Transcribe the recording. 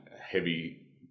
heavy